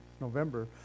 November